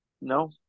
No